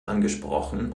angesprochen